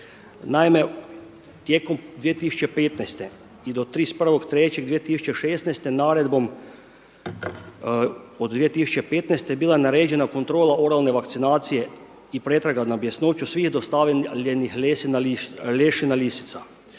Naime, tijekom 2015. i do 31.3.2016. naredbom od 2015. bila je naređena kontrola oralne vakcinacije i pretraga na bjesnoću svih dostavljenih lešina lisica.